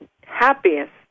happiest